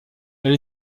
elle